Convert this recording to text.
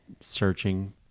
searching